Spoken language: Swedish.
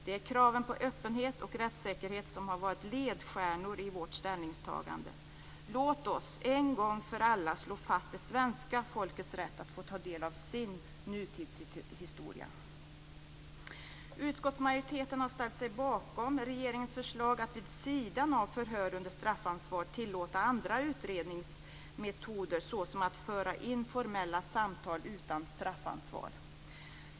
Det är kraven på öppenhet och rättssäkerhet som har varit ledstjärnor i vårt ställningstagande. Låt oss en gång för alla slå fast det svenska folkets rätt till att få ta del av sin nutidshistoria. Utskottsmajoriteten har ställt sig bakom regeringens förslag att vid sidan av förhör under straffansvar tillåta andra utredningsmetoder såsom att föra informella samtal utan straffansvar.